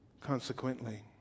consequently